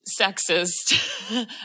sexist